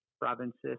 provinces